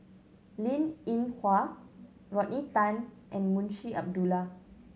Linn In Hua Rodney Tan and Munshi Abdullah